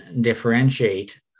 differentiate